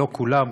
לא כולם,